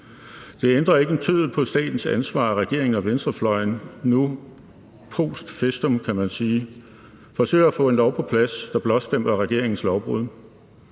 Det ændrer ikke en tøddel på statens ansvar, at regeringen og venstrefløjen nu post festum, kan man sige, forsøger at få en lov på plads, der blåstempler regeringens lovbrud.